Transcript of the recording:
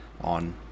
on